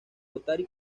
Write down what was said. rotary